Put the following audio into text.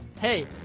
Hey